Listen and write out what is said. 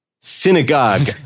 synagogue